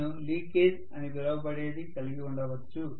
నేను లీకేజ్ అని పిలవబడేది కలిగి ఉండవచ్చు